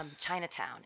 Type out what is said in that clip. chinatown